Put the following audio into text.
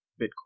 Bitcoin